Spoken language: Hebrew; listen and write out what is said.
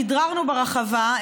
כדררנו ברחבה,